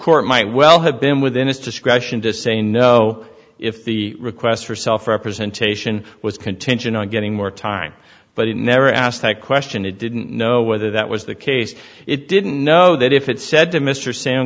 court might well have been within its discretion to say no if the request for self representation was contingent on getting more time but he never asked that question he didn't know whether that was the case it didn't know that if it said to mr sa